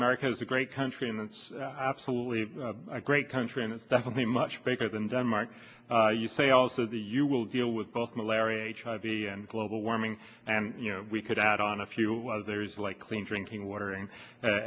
america has a great country and it's absolutely a great country and it's definitely much bigger than denmark you say also the you will deal with both malaria and global warming and you know we could add on a few was there is like clean drinking water and